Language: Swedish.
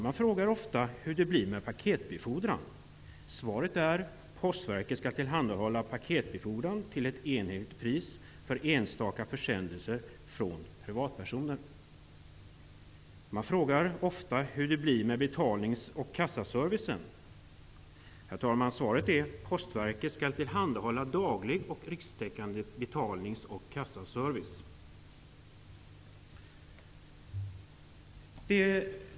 Man frågar ofta hur det blir med paketbefordran. Svaret är: Postverket skall tillhandahålla paketbefordran till ett enhetligt pris för enstaka försändelser från privatpersoner. Man frågar ofta hur det blir med betalnings och kassaservicen. Herr talman! Svaret är: Postverket skall tillhandahålla daglig och rikstäckande betalnings och kassaservice.